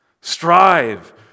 Strive